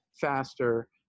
faster